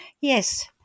Yes